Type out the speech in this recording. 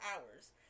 hours